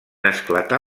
esclatà